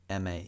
ma